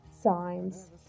signs